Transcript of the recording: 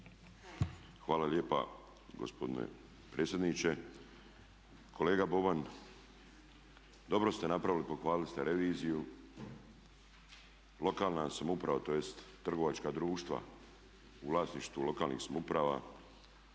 Hvala lijepa gospodine predsjedniče. Kolega Boban, dobro ste napravili, pohvalili ste reviziju. Lokalna samouprava, tj. trgovačka društva u vlasništvu lokalnih samouprava,